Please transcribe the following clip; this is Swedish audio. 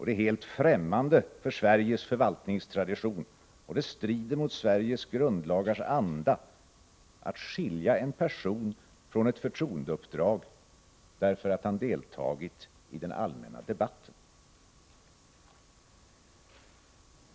Det är helt främmande för Sveriges förvaltningstradition, och det strider mot Sveriges grundlagars anda, att skilja en person från ett förtroendeuppdrag därför att han deltagit i den allmänna debatten.